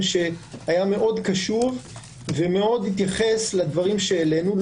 שהיה מאוד קשוב ומאוד התייחס לדברם שהעלינו.